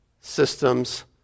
systems